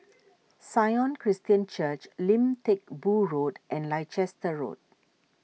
Sion Christian Church Lim Teck Boo Road and Leicester Road